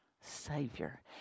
savior